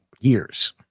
years